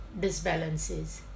disbalances